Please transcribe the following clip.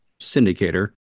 syndicator